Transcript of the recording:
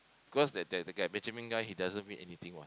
cause that that Benjamin guy he doesn't win anything what